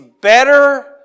better